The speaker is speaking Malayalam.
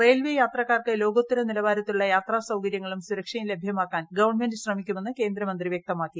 റെയിൽവെ യാത്രക്കാർക്ക് ലോകോത്തര നില്പ്രാർത്തിലുള്ള യാത്രാ സൌകര്യങ്ങളും സുരക്ഷയും ലഭ്യമാക്കാൻ ഗവൺമെന്റ് ശ്രമിക്കുമെന്ന് കേന്ദ്ര മന്ത്രി വ്യക്തമാക്കി